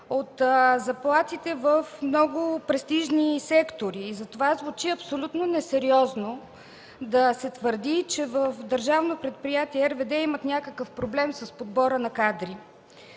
от заплатите в много престижни сектори. Затова звучи абсолютно несериозно да се твърди, че в Държавно предприятие „РВД” имат някакъв проблем с подбора на кадри.